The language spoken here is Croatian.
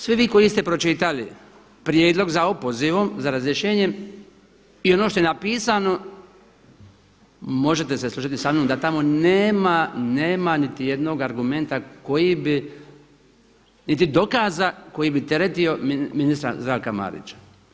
Svi vi koji ste pročitali prijedlog za opozivom, za razrješenjem i ono što je napisano možete se složiti sa mnom da tamo nema niti jednog argumenta koji bi niti dokaza koji bi teretio ministra Zdravka Marića.